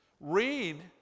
Read